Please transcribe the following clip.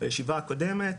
בישיבה הקודמת,